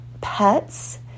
pets